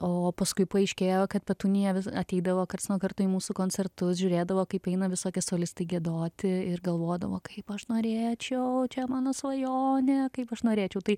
o paskui paaiškėjo kad petunija vis ateidavo karts nuo karto į mūsų koncertus žiūrėdavo kaip eina visokie solistai giedoti ir galvodavo kaip aš norėčiau čia mano svajonė kaip aš norėčiau tai